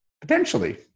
potentially